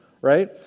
right